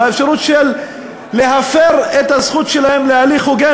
האפשרות להפר את הזכות שלהם להליך הוגן.